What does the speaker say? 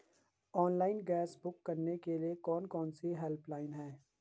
Online gas book करने के लिए कौन कौनसी हेल्पलाइन हैं?